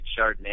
Chardonnay